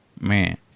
Man